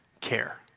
care